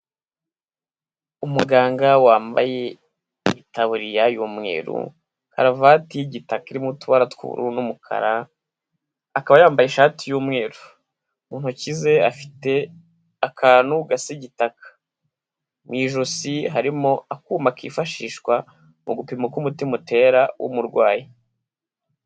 Umuganga wambaye itaburiya y'umweru, karuvati y'igitaka irimo utubara tw'ubururu n'umukara, akaba yambaye ishati y'umweru. Mu ntoki ze afite akantu gasa igitaka. Mu ijosi harimo akuma kifashishwa mu gupima uko umutima utera w'umurwayi.